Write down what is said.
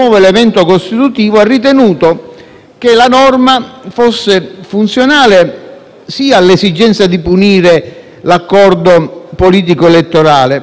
che la norma fosse funzionale all'esigenza di punire sia l'accordo politico-elettorale - e non solo a quello